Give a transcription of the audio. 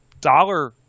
dollar